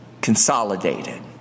consolidated